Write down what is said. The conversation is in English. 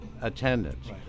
attendance